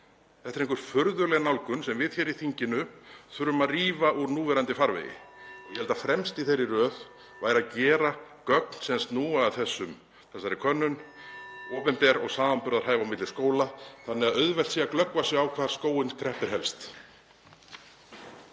Þetta er einhver furðuleg nálgun sem við í þinginu þurfum að rífa úr núverandi farvegi. (Forseti hringir.) Ég held að fremst í þeirri röð væri að gera gögn sem snúa að þessari könnun opinber og samanburðarhæf á milli skóla þannig að auðvelt verði að glöggva sig á hvar skóinn kreppir helst.